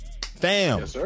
fam